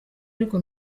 ariko